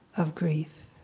of grief.